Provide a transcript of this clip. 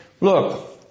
look